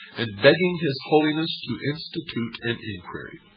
and begging his holiness to institute an enquiry